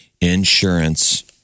insurance